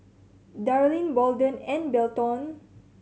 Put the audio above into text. Darline Bolden and Belton